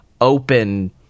open